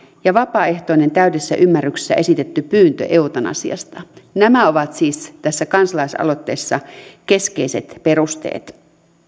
ja vapaaehtoinen täydessä ymmärryksessä esitetty pyyntö eutanasiasta nämä ovat siis tässä kansalaisaloitteessa keskeiset perusteet